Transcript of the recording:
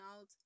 out